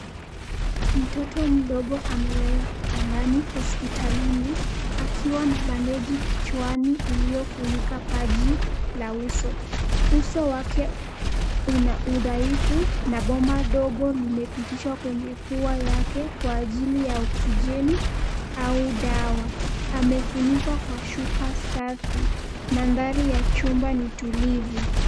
Mtoto mdogo amelala kitandani hospitalini, akiwa na bandeji kichwani iliyofunika paji la uso. Uso wake una udhaifu na bomba ndogo limepitishwa kwenye pua yake kwa ajili ya oksijeni au dawa. Amefunikwa kwa shuka safi. Mandhari ya chumba ni tulivu.